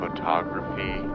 photography